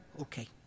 Okay